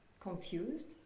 confused